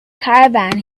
caravan